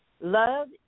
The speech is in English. Love